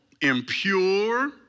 impure